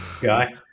guy